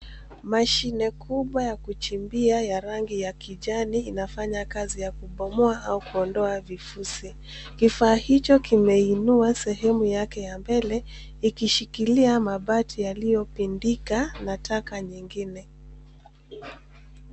Mashine kubwa ya kujimbia ya rangi ya kijani inafanya kazi ya kupomoa au kuondoa vivusi, kifaa hicho kimeinua sehemu yake ya mbele ikishikilia mabati yaliopindika na taka nyingine.